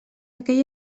aquell